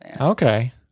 Okay